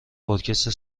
ارکستر